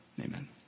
Amen